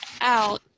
out